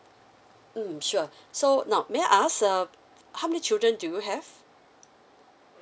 mm sure so now may I ask err how many children do you have